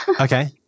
okay